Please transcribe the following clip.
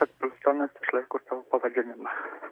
kad plutonas išlaiko savo pavadinimą